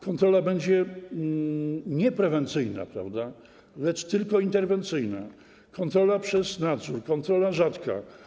Kontrola będzie nie prewencyjna, lecz tylko interwencyjna, kontrola przez nadzór, kontrola rzadka.